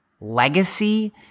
legacy